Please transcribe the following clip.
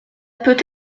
peut